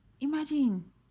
imagine